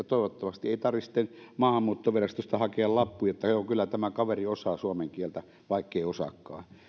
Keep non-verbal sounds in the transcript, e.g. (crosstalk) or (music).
(unintelligible) toivottavasti tarvitse sitten maahanmuuttovirastosta hakea lappua että joo kyllä tämä kaveri osaa suomen kieltä vaikkei osaakaan